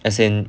as in